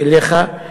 א.